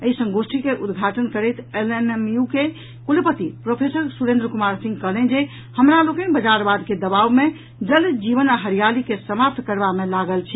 एहि संगोष्ठी के उद्घाटन करैत एलएनएमयू के कुलपति प्रोफेसर सुरेन्द्र कुमार सिंह कहलनि जे हमरा लोकनि बाजारवाद के दबाव मे जल जीवन आ हरियाली के समाप्त करबा मे लागल छी